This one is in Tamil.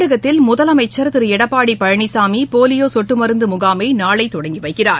தமிழகத்தில் முதலமைச்சா் திருளடப்பாடிபழனிசாமிபோலியோசொட்டுமருந்துமுகாமைநாளைதொடங்கிவைக்கிறார்